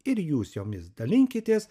ir jūs jomis dalinkitės